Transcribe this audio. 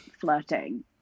flirting